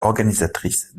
organisatrice